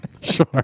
Sure